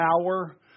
power